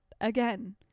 Again